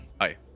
Hi